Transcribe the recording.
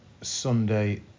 Sunday